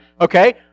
Okay